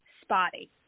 spotty